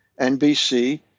NBC